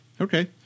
Okay